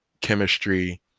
chemistry